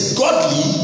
godly